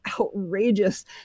outrageous